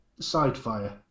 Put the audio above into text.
Sidefire